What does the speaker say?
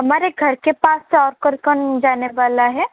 हमारे घर के पास से और कौन कौन जाने वाला है